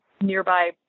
nearby